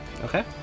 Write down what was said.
Okay